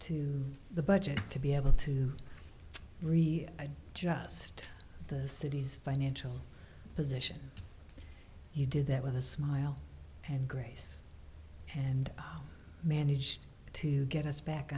to the budget to be able to read i'd just the city's financial position you did that with a smile and grace and managed to get us back